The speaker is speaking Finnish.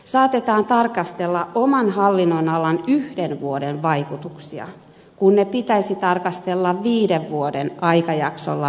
saatetaan tarkastella oman hallinnonalan yhden vuoden vaikutuksia kun niitä pitäisi tarkastella viiden vuoden aikajaksolla vähimmillään